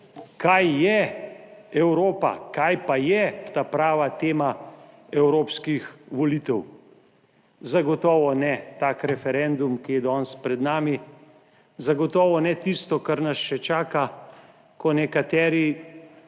kaj je Evropa, kaj pa je ta prava tema evropskih volitev, zagotovo ne, tak referendum, ki je danes pred nami, zagotovo ne. Tisto kar nas še čaka, ko nekateri